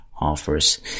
offers